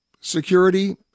security